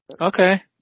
Okay